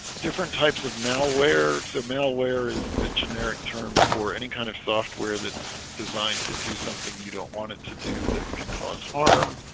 different types of malware so malware is a generic term for any kind of software that's designed to do something you don't want it to do that can cause harm